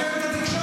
אתכם ואת התקשורת.